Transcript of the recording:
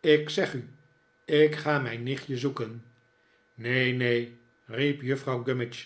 ik zeg u ik ga mijn nichtje zoeken neen neen riep juffrouw